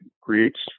creates